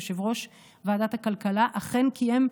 יושב-ראש ועדת הכלכלה אכן קיים,